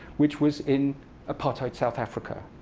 which was in apartheid, south africa.